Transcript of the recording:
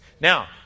Now